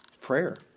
prayer